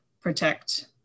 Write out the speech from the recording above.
protect